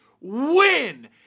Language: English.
WIN